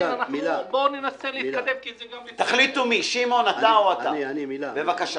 תחליטו מי - בבקשה.